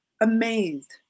amazed